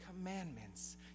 commandments